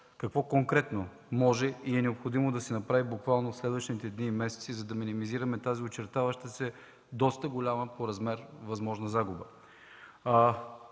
какво конкретно може и е необходимо да се направи буквално в следващите дни и месеци, за да минимизираме очертаващата се, доста голяма по размер, възможна загуба?